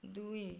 ଦୁଇ